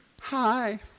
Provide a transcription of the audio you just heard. Hi